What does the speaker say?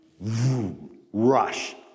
rush